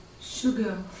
Sugar